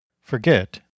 forget